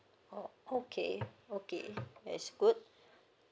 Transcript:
orh okay okay that is good